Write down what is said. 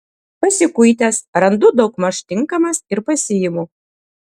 pasikuitęs randu daugmaž tinkamas ir pasiimu